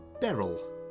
Beryl